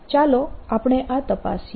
ચાલો આપણે આ તપાસીએ